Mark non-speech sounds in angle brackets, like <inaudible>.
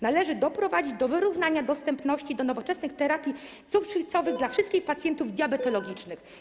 Należy doprowadzić do wyrównania dostępu do nowoczesnych terapii cukrzycowych <noise> dla wszystkich pacjentów diabetologicznych.